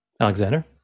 Alexander